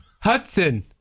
Hudson